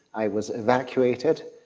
i was evacuated,